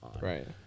Right